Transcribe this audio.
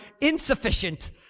Insufficient